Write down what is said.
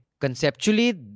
conceptually